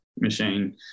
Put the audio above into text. machine